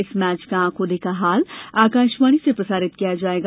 इस मैच का आंखों देखा हाल आकाशवाणी से प्रसारित किया जाएगा